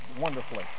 wonderfully